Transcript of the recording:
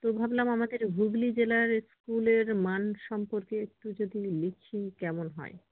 তো ভাবলাম আমাদের হুগলি জেলার স্কুলের মান সম্পর্কে একটু যদি লিখি কেমন হয়